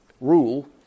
Rule